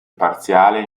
parziale